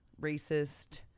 racist